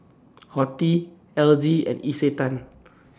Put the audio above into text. Horti L G and Isetan